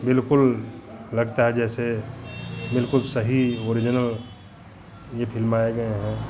बिल्कुल लगता है जैसे बिल्कुल सही ओरिजनल यह फिल्माए गए हैं